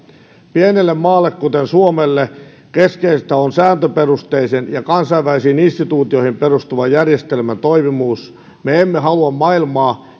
pienelle maalle kuten suomelle keskeistä on sääntöperusteisen ja kansainvälisiin instituutioihin perustuvan järjestelmän toimivuus me emme halua maailmaa